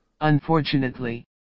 Unfortunately